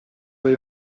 või